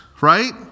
right